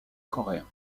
coréens